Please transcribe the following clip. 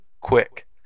quick